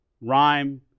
rhyme